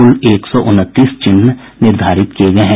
कुल एक सौ उनतीस चिन्ह निर्धारित किये गये हैं